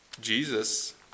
Jesus